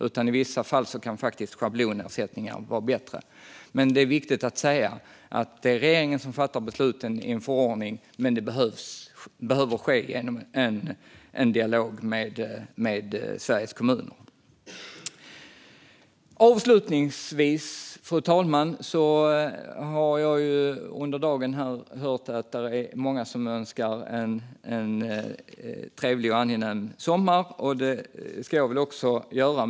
I vissa fall kan faktiskt schablonersättningar vara bättre. Det är viktigt att säga att det är regeringen som fattar beslut om en förordning, men det behöver ske genom en dialog med Sveriges kommuner. Fru talman! Jag har under dagen hört att det är många som önskar en trevlig och angenäm sommar. Det ska jag väl också göra.